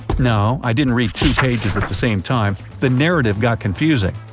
no, i didn't read two pages at the same time the narrative got confusing.